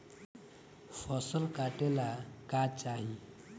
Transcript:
फसल काटेला का चाही?